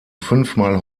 fünfmal